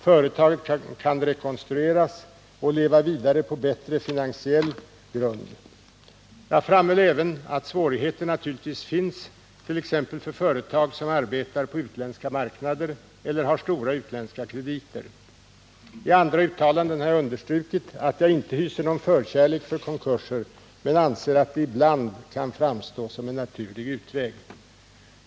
Företaget kan rekonstrueras och leva vidare på bättre finansiell grund. Jag framhöll även att svårigheter naturligtvis finns, t.ex. för företag som arbetar på utländska marknader eller har stora utländska krediter. I andra uttalanden har jag understrukit att jag inte hyser någon förkärlek för konkurser men anser att de ibland kan framstå som en naturlig utväg.